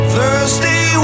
Thursday